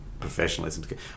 professionalism